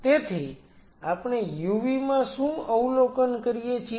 તેથી આપણે UV માં શું અવલોકન કરીએ છીએ